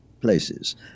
places